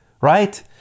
right